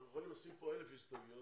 אנחנו יכולים לשים כאן 1,000 הסתייגויות